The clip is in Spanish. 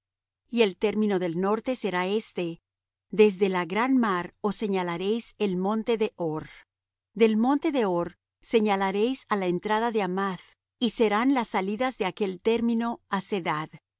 y el término del norte será este desde la gran mar os señalaréis el monte de hor del monte de hor señalaréis á la entrada de hamath y serán las salidas de aquel término á sedad